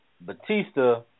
Batista